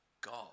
God